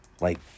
Like